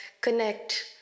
connect